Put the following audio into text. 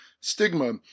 Stigma